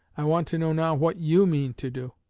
i want to know now what you mean to do.